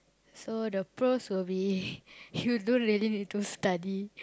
so the pros would be you don't really need to study